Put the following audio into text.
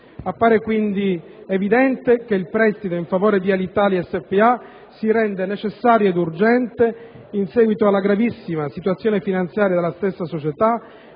Appare evidente che il prestito in favore di Alitalia S.p.A. si rende necessario ed urgente in seguito alla gravissima situazione finanziaria della stessa società,